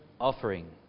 offering